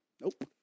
Nope